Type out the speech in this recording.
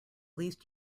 least